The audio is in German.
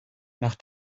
nach